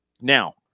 Now